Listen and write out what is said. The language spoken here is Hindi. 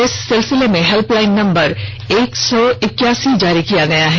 इस सिलसिले में हेल्पलाइन नंबर एक सौ इक्कासी जारी किया गया है